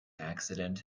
accident